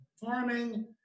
farming